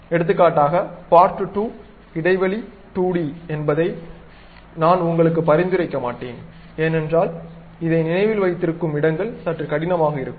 எடுத்துக்காட்டாக part2 இடைவெளி 2d என்பதை நான் உங்களுக்கு பரிந்துரைக்க மாட்டேன் ஏனென்றால் இதை நினைவில் வைத்திருக்கும் இடங்கள் சற்று கடினமாக இருக்கும்